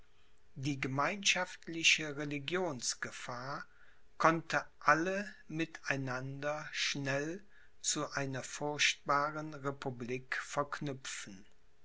die gemeinschaftliche religionsgefahr konnte alle mit einander schnell zu einer furchtbaren republik verknüpfen